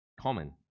common